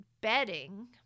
bedding